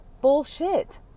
Bullshit